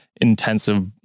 intensive